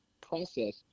process